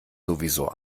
sowieso